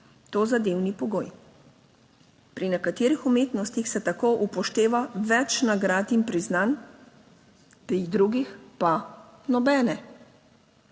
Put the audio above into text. to zadevni pogoj. Pri nekaterih umetnostih se tako upošteva več nagrad in priznanj, pri drugih pa nobene.